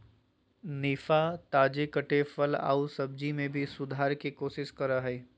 निफा, ताजे कटे फल आऊ सब्जी में भी सुधार के कोशिश करा हइ